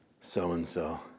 so-and-so